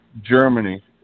Germany